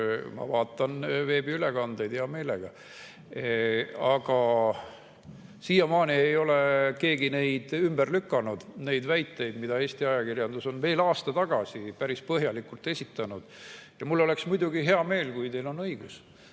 ma vaatan veebiülekandeid hea meelega. Aga siiamaani ei ole keegi ümber lükanud neid väiteid, mida Eesti ajakirjandus veel aasta tagasi päris põhjalikult esitas. Mul oleks muidugi hea meel, kui teil on õigus.